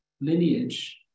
lineage